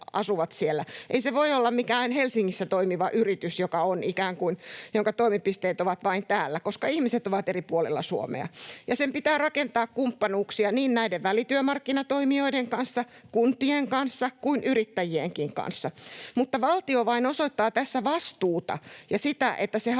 Ei se voi olla mikään Helsingissä toimiva yritys, jonka toimipisteet ovat vain täällä, koska ihmiset ovat eri puolilla Suomea. Ja sen pitää rakentaa kumppanuuksia niin näiden välityömarkkinatoimijoiden kanssa, kun-tien kanssa kuin yrittäjienkin kanssa, mutta valtio vain osoittaa tässä vastuuta ja sitä, että se haluaa